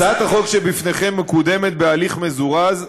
הצעת החוק שלפניכם מקודמת בהליך מזורז,